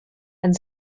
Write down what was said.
and